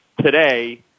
Today